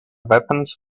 weapons